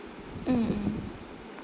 mm mm